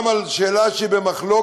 גם על שאלה שהיא במחלוקת,